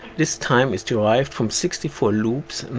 this time is derived from sixty four loops,